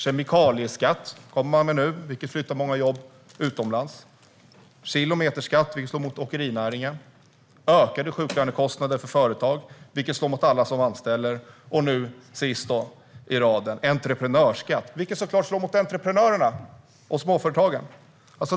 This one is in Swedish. Nu kommer man med kemikalieskatt som flyttar många jobb utomlands, kilometerskatt som slår mot åkerinäringen, ökade sjuklönekostnader för företag som slår mot alla som anställer och sist i raden entreprenörsskatt som såklart slår mot entreprenörerna och småföretagen.